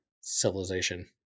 civilization